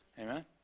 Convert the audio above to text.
Amen